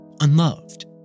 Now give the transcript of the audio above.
unloved